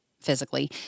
physically